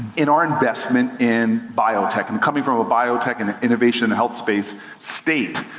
in our investment in biotech. and coming from a biotech and innovation in health space state,